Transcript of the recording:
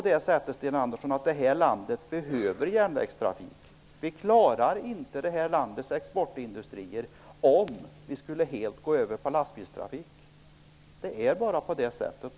Detta land behöver järnvägstrafik, Sten Andersson. Vi klarar inte detta lands exportindustrier om vi helt skulle gå över till lastbilstrafik. Så är det bara.